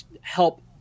help